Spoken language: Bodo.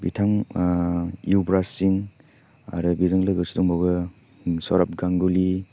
बिथां इउब्रासिं आरो बेजों लोगोसे दंबायो सौरव गांगुलि